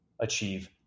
achieve